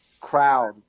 crowd